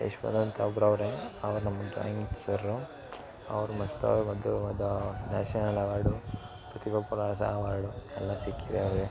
ಈಶ್ವರ ಅಂತ ಒಬ್ರು ಅವರೇ ಅವ್ರು ನಮ್ಮ ಡ್ರಾಯಿಂಗ್ ಸರು ಅವ್ರು ಮಸ್ತ್ ನ್ಯಾಷನಲ್ ಅವಾರ್ಡು ಪ್ರತಿಭಾ ಪುರಸ್ಕಾ ಅವಾರ್ಡು ಎಲ್ಲ ಸಿಕ್ಕಿದೆ ಅವ್ರಿಗೆ